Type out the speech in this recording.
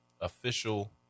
official